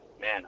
man